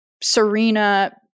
Serena